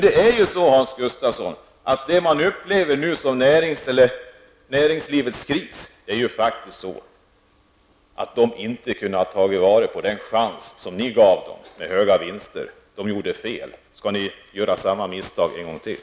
Det är ju så, Hans Gustafsson, att det vi nu upplever som näringslivets kris beror på att företagen inte kunnat ta vara på den chans som ni gav dem och som gav dem höga vinster. Ni gjorde fel. Skall ni göra samma misstag en gång till?